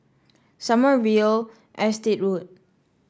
Sommerville Estate Road